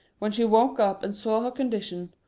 when she woke up and saw her condition,